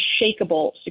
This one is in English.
unshakable